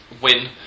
Win